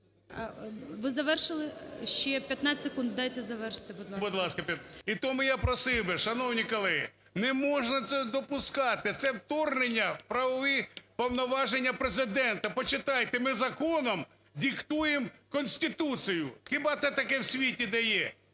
Ви завершили? Ще 15 секунд, дайте завершити, будь ласка. НІМЧЕНКО В.І. Будь ласка… І тому я просив би, шановні колеги, не можна це допускати, це вторгнення в правові повноваження Президента. Почитайте, ми законом диктуємо Конституцію. Хіба це таке в світі де є?